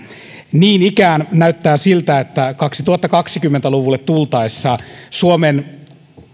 niin ikään näyttää siltä että kaksituhattakaksikymmentä luvulle tultaessa suomen